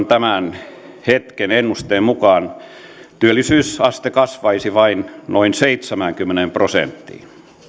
tämän hetken ennusteen mukaan työllisyysaste kasvaisi vain noin seitsemäänkymmeneen prosenttiin